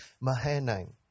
Mahanaim